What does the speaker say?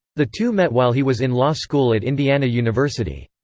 the two met while he was in law school at indiana university.